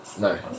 No